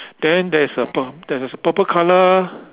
then there is a pur~ there is a purple colour